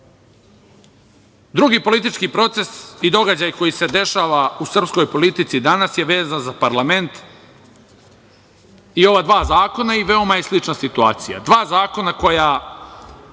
politički proces i događaj koji se dešava u srpskoj politici danas je vezan za parlament i ova dva zakona i veoma je slična situacija, dva zakona koja